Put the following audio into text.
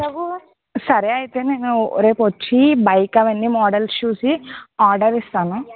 సరే అయితే నేనురేపు వచ్చి బైక్ అవన్నీ మోడల్స్ చూసి ఆర్డర్ ఇస్తాను